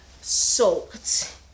soaked